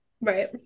right